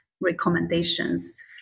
recommendations